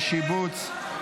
השיבוץ,